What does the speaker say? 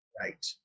Right